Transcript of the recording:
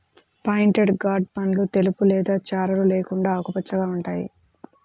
pointed gourd పండ్లు తెలుపు లేదా చారలు లేకుండా ఆకుపచ్చగా ఉంటాయి